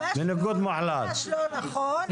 ממש לא נכון.